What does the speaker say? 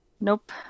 nope